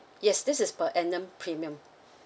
yes this is per annum premium